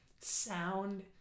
sound